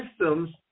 systems